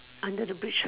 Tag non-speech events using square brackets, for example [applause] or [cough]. under the bridge [noise]